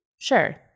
Sure